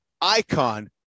icon